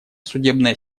судебная